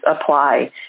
apply